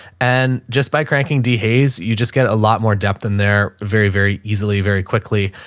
and just by cranking d hayes, you just get a lot more depth in there very, very easily, very quickly.